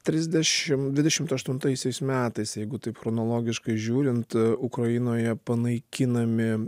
trisdešim dvidešimt aštuntaisiais metais jeigu taip chronologiškai žiūrint ukrainoje panaikinami